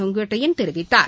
செங்கோட்டையன் தெரிவித்தார்